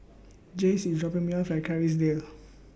Jace IS dropping Me off At Kerrisdale